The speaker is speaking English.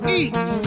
eat